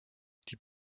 die